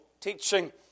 teaching